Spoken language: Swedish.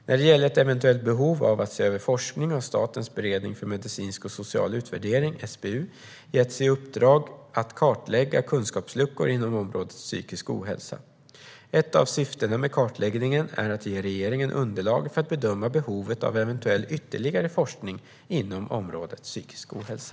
När det gäller ett eventuellt behov av att se över forskning har Statens beredning för medicinsk och social utvärdering, SBU, getts i uppdrag att kartlägga kunskapsluckor inom området psykisk ohälsa. Ett av syftena med kartläggningen är att ge regeringen underlag för att bedöma behovet av eventuell ytterligare forskning inom området psykisk ohälsa.